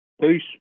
Peace